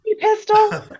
Pistol